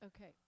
Okay